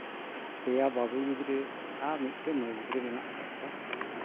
ᱯᱮᱭᱟ ᱵᱟᱹᱵᱩ ᱜᱤᱫᱽᱨᱟᱹ ᱟᱨ ᱢᱤᱫᱴᱟᱱ ᱢᱟᱹᱭ ᱜᱤᱫᱽᱨᱟᱹ ᱢᱮᱱᱟᱜ ᱟᱠᱟᱫ ᱠᱚᱣᱟ